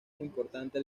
importante